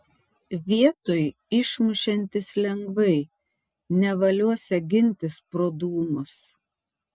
vietoj išmušiantis lengvai nevaliosią gintis pro dūmus